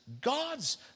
god's